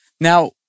Now